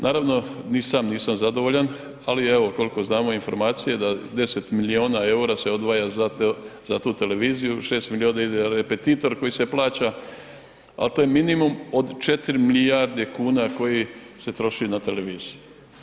Naravno, ni sam nisam zadovoljan, ali evo kolko znamo informacije da 10 milijuna EUR-a se odvaja za tu televiziju, 6 milijuna ide repetitor koji se plaća, al to je minimum od 4 milijarde kuna koji se troši na televiziji.